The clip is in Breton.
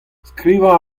skrivañ